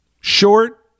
Short